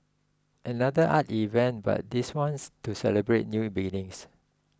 another art event but this one's to celebrate new beginnings